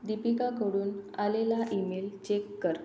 दीपिकाकडून आलेला email check कर